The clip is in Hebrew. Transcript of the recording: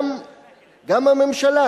גם הממשלה,